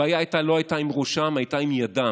הבעיה לא הייתה עם ראשם, היא הייתה עם ידם.